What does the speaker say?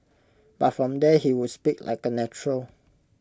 but from there he would speak like A natural